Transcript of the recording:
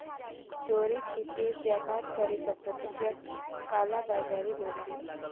चोरी छिपे व्यापार करे क प्रक्रिया कालाबाज़ारी होला